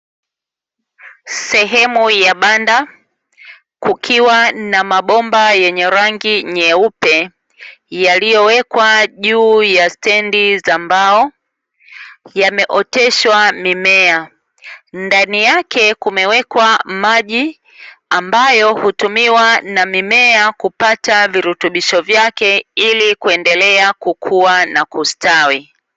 Sehemu ya banda kukiwa na mabomba yenye rangi nyeupe yaliyowekwa juu ya stendi za mbao yameoteshwa mimea. Ndani yake kumewekwa maji ambayo hutumiwa na mimea kupata virutubisho vyake ili kuendelea kukua na kustawi.